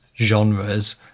genres